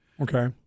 Okay